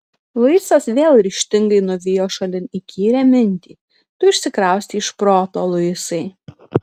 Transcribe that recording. luisas vėl ryžtingai nuvijo šalin įkyrią mintį tu išsikraustei iš proto luisai